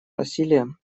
насилия